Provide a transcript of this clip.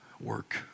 work